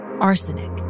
arsenic